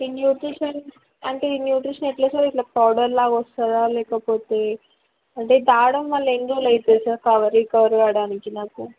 ఈ న్యూట్రిషన్ అంటే ఈ న్యూట్రిషన్ ఎలా సార్ పౌడర్లా వస్తుందా లేకపోతే అంటే తాగడం వల్ల ఎన్ని రోజలు అవుతుంది సార్ కవర్ రికవరి అవడానికి నాకు